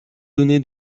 donné